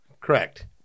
Correct